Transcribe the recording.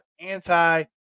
anti